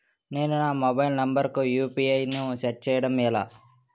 నేను నా mobile number కుయు.పి.ఐ ను సెట్ చేయడం ఎలా?